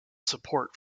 support